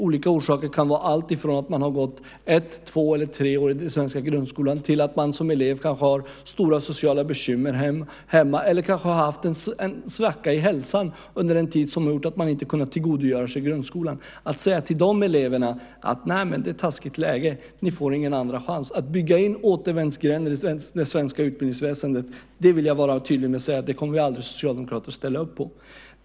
Olika orsaker kan vara alltifrån att man har gått ett, två eller tre år i den svenska grundskolan till att man som elev kanske har stora sociala bekymmer eller har haft en svacka i hälsan under en tid som har gjort att man inte har kunnat tillgodogöra sig grundskolan. Att säga till de eleverna att det är ett taskigt läge, ni får ingen andra chans, att bygga in återvändsgränder i det svenska utbildningsväsendet vill jag vara tydlig med att säga att vi socialdemokrater aldrig kommer att ställa upp på.